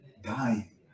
dying